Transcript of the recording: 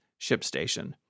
ShipStation